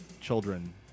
children